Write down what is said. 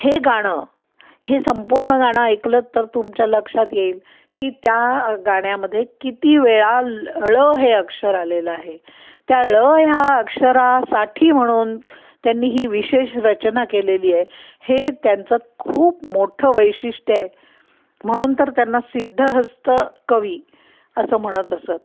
हे गाणं हे संपूर्ण गाणं ऐकलं तर तुमच्या लक्षात येईल की त्या गाण्यामध्ये किती वेळा ळ हे अक्षर आलेलं आहे त्या ळ ह्या अक्षरासाठी म्हणून त्यांनी ही विशेष रचना केलेली आहे हे त्यांचं खूप मोठं वैशिष्ट्य आहे म्हणून तर त्यांना सिद्धहस्त कवी असं म्हणत असत